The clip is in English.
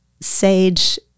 Sage